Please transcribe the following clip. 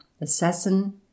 assassin